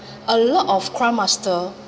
a lot of crime master